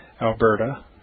Alberta